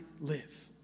live